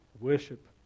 worship